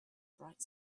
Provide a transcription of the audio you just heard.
bright